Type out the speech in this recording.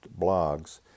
blogs